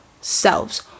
selves